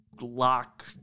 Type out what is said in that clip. lock